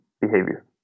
behavior